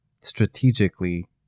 strategically